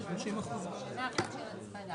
בשנים הקרובות בעניין הזה.